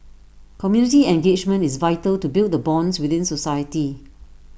community engagement is vital to build the bonds within society